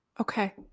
okay